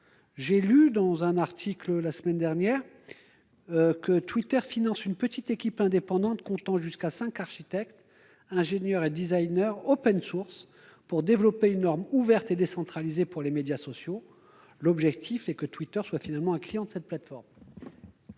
J'ai lu dans un article la semaine dernière que Twitter finançait une petite équipe indépendante comptant jusqu'à cinq architectes, ingénieurs et designers open source pour développer des normes ouvertes et décentralisées pour les médias sociaux, l'objectif étant que Twitter soit finalement un client de cette plateforme.